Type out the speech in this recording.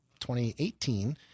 2018